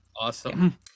Awesome